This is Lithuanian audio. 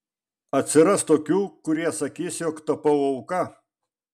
atsiras tokių kurie sakys jog tapau auka